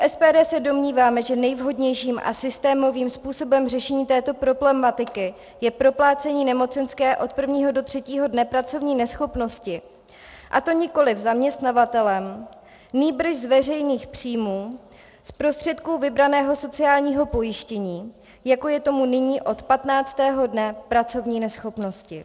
My v SPD se domníváme, že nejvhodnějším a systémovým způsobem řešení této problematiky je proplácení nemocenské od prvního do třetího dne pracovní neschopnosti, a to nikoliv zaměstnavatelem, nýbrž z veřejných příjmů, z prostředků vybraného sociálního pojištění, jako je tomu nyní od 15. dne pracovní neschopnosti.